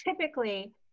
typically